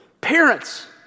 Parents